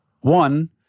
One